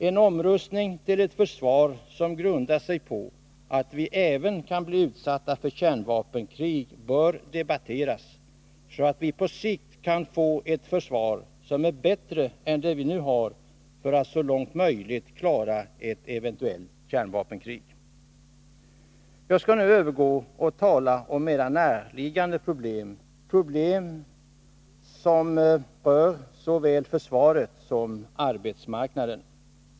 En omrustning till ett försvar som grundar sig på att vi även kan bli utsatta för kärnvapenkrig bör debatteras, så att vi på sikt kan få ett försvar som är bättre än det vi nu har, för att så långt möjligt klara ett eventuellt kärnvapenkrig. Jag skall nu övergå till att tala om mera närliggande problem, som rör såväl försvaret som arbetsmarknaden.